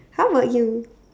how about you